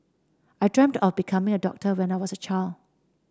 I dreamt of becoming a doctor when I was a child